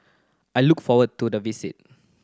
I look forward to the visit